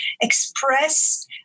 express